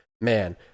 man